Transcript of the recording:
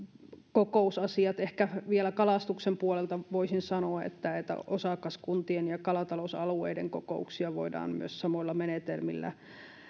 kokousasiat ehkä vielä kalastuksen puolelta voisin sanoa että että osakaskuntien ja kalatalousalueiden kokouksia voidaan myös samoilla menetelmillä